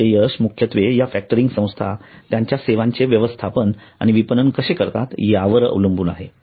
त्यांचे यश मुख्यत्वे या फॅक्टरिंग संस्था त्यांच्या सेवांचे व्यवस्थापन आणि विपणन कसे करतात यावर अवलंबून असेल